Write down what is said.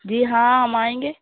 جی ہاں ہم آئیں گے